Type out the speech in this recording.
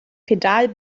pedal